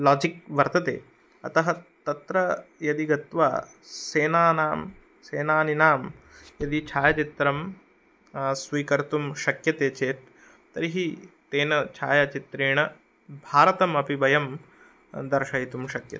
logic वर्तते अतः तत्र यदि गत्वा सेनानां सेनानिनां यदि छायाचित्रं स्वीकर्तुं शक्यते चेत् तर्हि तेन छायाचित्रेण भारतम् अपि वयं दर्शयितुं शक्यते